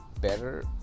better